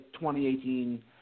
2018